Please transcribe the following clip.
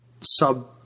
sub